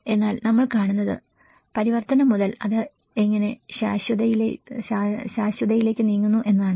എന്നാൽ നമ്മൾ കാണുന്നത് പരിവർത്തനം മുതൽ അത് എങ്ങനെ ശാശ്വതതയിലേക്ക് നീങ്ങുന്നു എന്നതാണ്